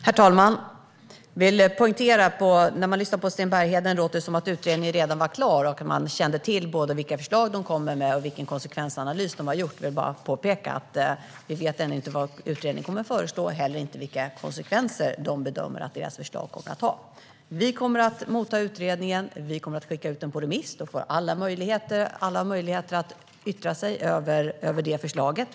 Herr talman! Jag vill poängtera en sak. När man lyssnar på Sten Bergheden låter det som att utredningen redan är klar och att man känner till både vilket förslag den kommer med och vilken konsekvensanalys den har gjort. Jag vill påpeka att vi ännu inte vet vad utredningen kommer att föreslå och heller inte vilka konsekvenser den bedömer att förslaget kommer att få. Vi kommer att ta emot utredningen. Vi kommer att skicka ut den på remiss, och då får alla möjlighet att yttra sig över förslaget.